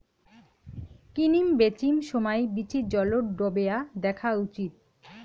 কিনিম বিচিম সমাই বীচি জলত ডোবেয়া দ্যাখ্যা উচিত